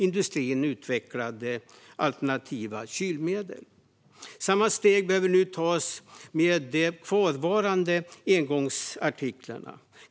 Industrin utvecklade alternativa kylmedel. Samma steg behöver vi nu ta med de kvarvarande engångsartiklarna.